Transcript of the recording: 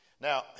Now